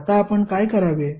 आता आपण काय करावे